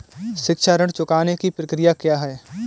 शिक्षा ऋण चुकाने की प्रक्रिया क्या है?